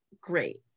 great